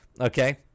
Okay